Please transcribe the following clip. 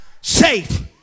safe